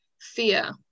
fear